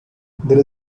there